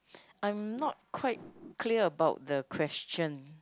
I'm not quite clear about the question